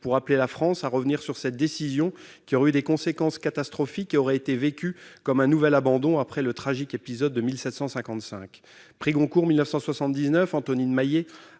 pour appeler la France à revenir sur cette décision qui aurait eu des conséquences catastrophiques et aurait été vécue comme un nouvel abandon après le tragique épisode de 1755. Prix Goncourt 1979, Antonine Maillet